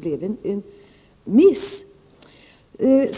blev en miss.